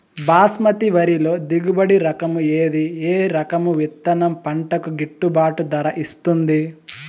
బాస్మతి వరిలో దిగుబడి రకము ఏది ఏ రకము విత్తనం పంటకు గిట్టుబాటు ధర ఇస్తుంది